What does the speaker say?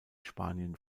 spanien